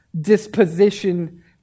disposition